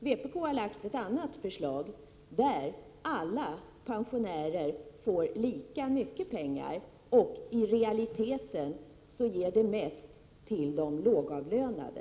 Vpk har lagt fram ett annat förslag, där alla pensionärer får lika mycket pengar, och i realiteten ger det mest till de lågavlönade.